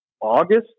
August